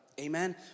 Amen